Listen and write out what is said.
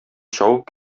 чабып